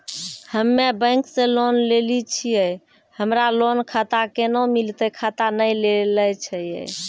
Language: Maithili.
हम्मे बैंक से लोन लेली छियै हमरा लोन खाता कैना मिलतै खाता नैय लैलै छियै?